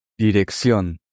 Dirección